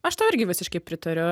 aš tau irgi visiškai pritariu